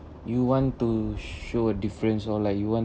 you want to show a difference or like you want